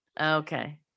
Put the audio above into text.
Okay